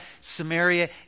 Samaria